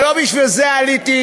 אבל לא בשביל זה עליתי.